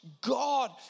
God